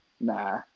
Nah